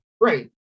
Right